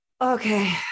okay